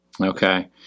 Okay